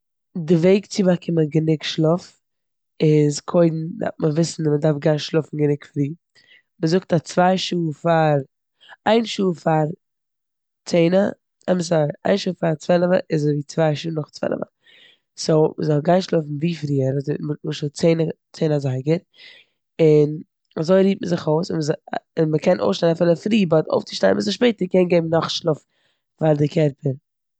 די וועג צו באקומען גענונ שלאף. איז קודם דארף מען וויסן צו גיין שלאפן גענוג פרי. מ'זאגט אז צווי שעה פאר, איין שעה פאר צענע, איין שעה פאר צוועלעווע איז ווי צווי שעה נאך צוועלעווע. סאו, מ'זאל גיין שלאפן ווי פריער, צען אזייגער. און אזוי רוהט מען זיך אויס, און מ'קען אויף שטיין אפילו פרי. באט, אבער אויף צו שטיין שפעטער קען געבן נאך שלאף אר די קערפער.